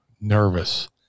nervous